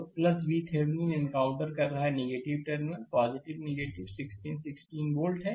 तो VThevenin encounter कर रहा टर्मिनल 16 16 वोल्ट है